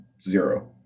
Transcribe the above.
zero